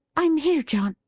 i'm here john!